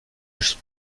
haute